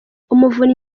umuvunyi